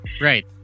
Right